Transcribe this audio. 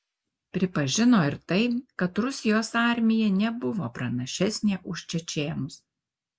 pripažino ir tai kad rusijos armija nebuvo pranašesnė už čečėnus